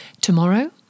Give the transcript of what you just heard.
Tomorrow